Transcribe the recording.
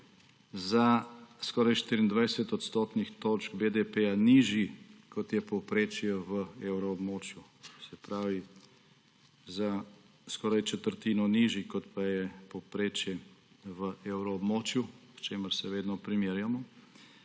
za skoraj 24 odstotnih točk BDP nižji, kot je v povprečju v evroobmočju. Se pravi za skoraj četrtino nižji, kot pa je povprečje v evroobmočju, s čimer se vedno primerjamo.